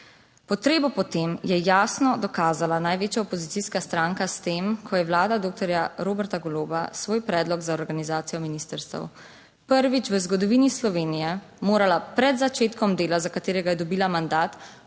Potrebo po tem je jasno dokazala največja opozicijska stranka s tem, ko je Vlada doktorja Roberta Goloba svoj predlog za organizacijo ministrstev prvič v zgodovini Slovenije morala pred začetkom dela, za katerega je 8. TRAK: